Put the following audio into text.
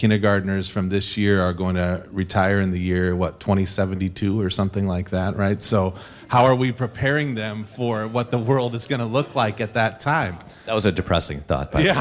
kindergartners from this year are going to retire in the year what twenty seventy two or something like that right so how are we preparing them for what the world is going to look like at that time it was a depressing